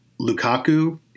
lukaku